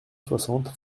soixante